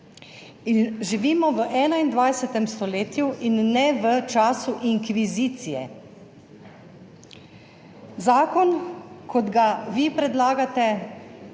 živimo v 21. stoletju in ne v času inkvizicije. Zakon, kot ga vi predlagate